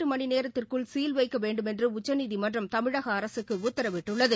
seal மணிநேரத்திற்குள் வைக்கவேண்டுமென்றுஉச்சநீதிமன்றம் தமிழகஅரசுக்குஉத்தரவிட்டுள்ளது